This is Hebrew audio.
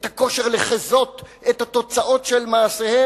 את הכושר לחזות את התוצאות של מעשיהם,